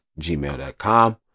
gmail.com